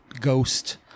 ghost